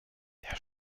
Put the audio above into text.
der